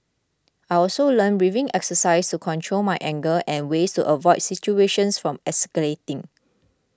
I also learnt breathing exercises to control my anger and ways to avoid situations from escalating